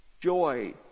joy